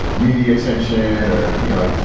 media attention or, you know,